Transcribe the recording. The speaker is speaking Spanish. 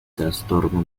trastorno